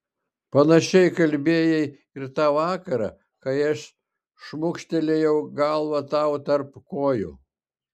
panašiai kalbėjai ir tą vakarą kai aš šmukštelėjau galvą tau tarp kojų